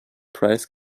price